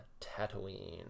Tatooine